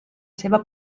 seva